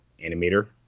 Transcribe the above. animator